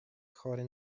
chory